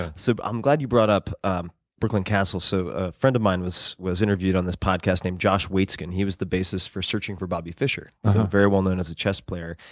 ah so i'm glad you brought up um brooklyn castle. so a friend of mine was was interviewed on this podcast, josh waitzkin. he was the basis for searching for bobby fischer, so very well known as a chess player.